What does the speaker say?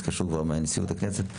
התקשרו כבר מנשיאות הכנסת.